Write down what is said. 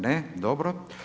Ne, dobro.